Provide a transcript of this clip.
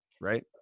right